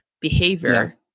behavior